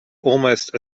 almost